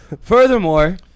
Furthermore